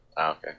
Okay